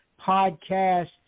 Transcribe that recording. podcasts